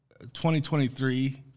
2023